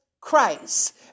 Christ